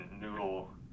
Noodle